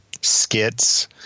skits